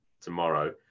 tomorrow